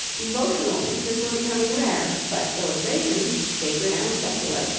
devotional pictures were becoming rare, but illustrations, sacred and secular,